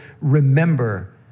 remember